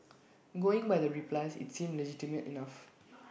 going by the replies IT seems legitimate enough